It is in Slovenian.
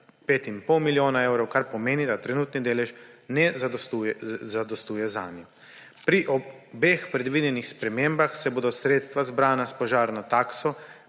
pol milijona evrov, kar pomeni, da trenutni delež ne zadostuje zanje. Pri obeh predvidenih spremembah se bodo sredstva, zbrana s požarno takso,